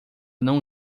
não